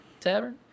Tavern